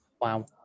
Wow